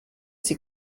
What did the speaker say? sie